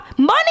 money